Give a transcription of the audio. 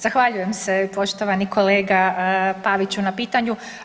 Zahvaljujem se poštovani kolega Paviću na pitanju.